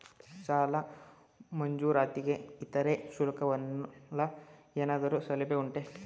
ಸಾಲದ ಮಂಜೂರಾತಿಗೆ ಇತರೆ ಶುಲ್ಕಗಳ ಏನಾದರೂ ಸೌಲಭ್ಯ ಉಂಟೆ?